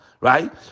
right